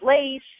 LACE